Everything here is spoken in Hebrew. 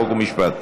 חוק ומשפט.